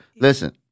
Listen